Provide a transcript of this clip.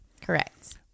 Correct